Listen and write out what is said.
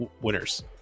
winners